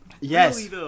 Yes